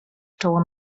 czoło